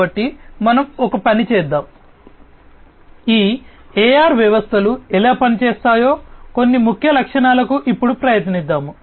కాబట్టి మనం ఒక పని చేద్దాం ఈ AR వ్యవస్థలు ఎలా పనిచేస్తాయో కొన్ని ముఖ్య లక్షణాలకు ఇప్పుడు ప్రయత్నిస్తాము